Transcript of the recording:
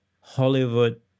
Hollywood